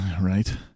Right